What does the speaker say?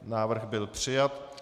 Návrh byl přijat.